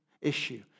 issue